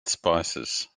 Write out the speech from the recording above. spices